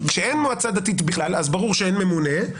כשאין מועצה דתית בכלל אז ברור שאין ממונה,